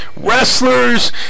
wrestlers